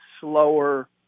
slower